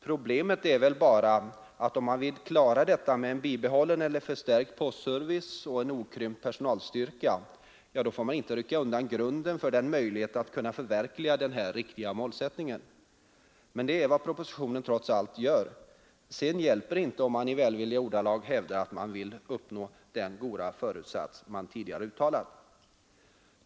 Problemet är väl bara att om man vill klara detta med en bibehållen eller förstärkt postservice och en okrympt personalstyrka, då får man inte rycka undan grunden för att förverkliga den målsättningen. Men det är vad propositionen trots allt gör. Sedan hjälper det inte om man i välvilliga ordalag hävdar att man vill uppnå den goda föresatsen.